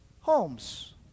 Homes